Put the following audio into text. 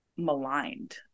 maligned